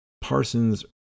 Parsons